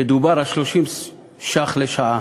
כשדובר על 30 ש"ח לשעה.